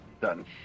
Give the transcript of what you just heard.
done